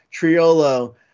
Triolo